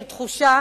של תחושה